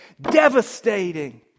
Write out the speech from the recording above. Devastating